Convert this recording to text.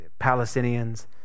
Palestinians